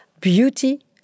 beauty